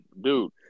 dude